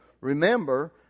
Remember